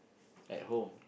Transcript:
at home